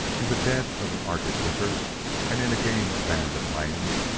in the dead of an arctic winter and in a game-abandoned land,